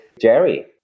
Jerry